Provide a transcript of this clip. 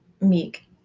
meek